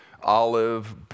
olive